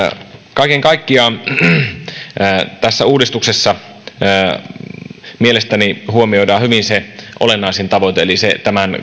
kaiken kaikkiaan tässä uudistuksessa mielestäni huomioidaan hyvin se olennaisin tavoite eli tämän